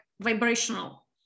vibrational